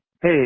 Hey